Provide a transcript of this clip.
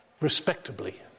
Respectably